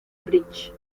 bridge